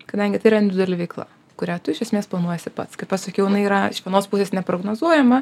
kadangi tai yra individuali veikla kurią tu iš esmės planuojiesi pats kaip aš sakiau jinai yra iš vienos pusės neprognozuojama